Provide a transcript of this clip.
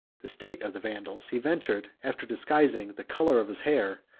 the state of the vandals, he ventured, after disguising the color of his hair,